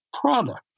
product